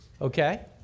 Okay